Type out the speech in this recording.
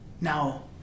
Now